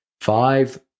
Five